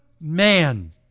man